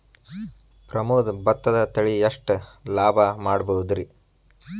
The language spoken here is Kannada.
ಪ್ರಮೋದ ಭತ್ತದ ತಳಿ ಎಷ್ಟ ಲಾಭಾ ಮಾಡಬಹುದ್ರಿ?